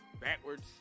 backwards